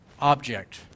object